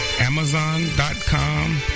Amazon.com